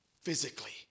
Physically